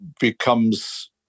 becomes